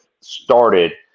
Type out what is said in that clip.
started